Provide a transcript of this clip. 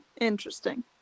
Interesting